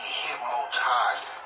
hypnotized